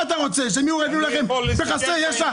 מה אתה רוצה, שהם יהיו רעבים ללחם וחסרי ישע?